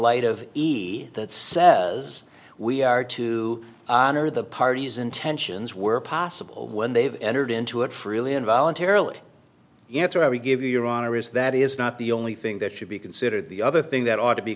light of that says we are to honor the party's intentions were possible when they've entered into it freely and voluntarily the answer we give you your honor is that is not the only thing that should be considered the other thing that ought to be